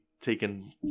taken